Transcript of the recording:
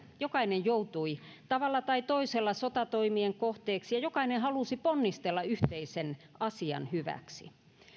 jokainen joutui tavalla tai toisella sotatoimien kohteeksi ja jokainen halusi ponnistella yhteisen asian hyväksi